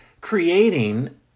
creating